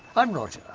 i'm roger.